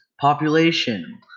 population